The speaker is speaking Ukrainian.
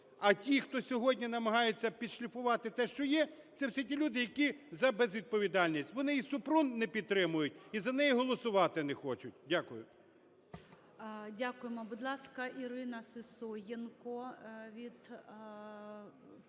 А ті, хто сьогодні намагаються підшліфувати те, що є, це все ті люди, які за безвідповідальність, вони і Супрун не підтримують, і за неї голосувати не хочуть. Дякую. ГОЛОВУЮЧИЙ. Дякуємо. Будь ласка, Ірина Сисоєнко від